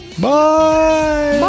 Bye